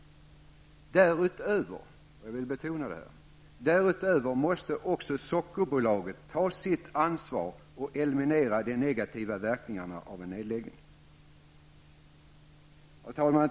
Därutöver, och jag vill betona det, måste också Sockerbolaget ta sitt ansvar och eliminera de negativa verkningarna av en nedläggning. Herr talman!